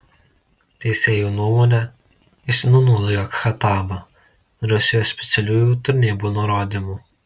teisėjų nuomone jis nunuodijo khattabą rusijos specialiųjų tarnybų nurodymu